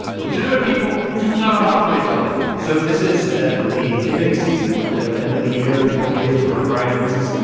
legitimate people do not operate like that so this is ah the giving season right? the end of the year. people give for a variety of reasons.